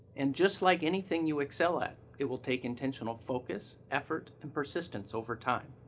and just like anything you excel at, it will take intentional focus, effort, and persistence over time.